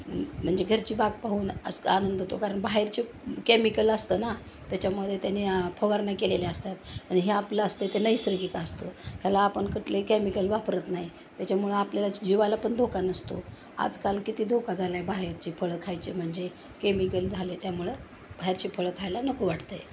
म्हणजे घरची बाग पाहून आजकाल आनंद होतो कारण बाहेरचे केमिकल असतं ना त्याच्यामध्ये त्यानी फवारणी केलेल्या असतात आणि हे आपलं असते ते नैसर्गिक असतो त्याला आपण कुठले केमिकल वापरत नाही त्याच्यामुळं आपल्याला जिवाला पण धोका नसतो आजकाल किती धोका झाला आहे बाहेरचे फळं खायचे म्हणजे केमिकल झाले त्यामुळं बाहेरचे फळं खायला नको वाटतं आहे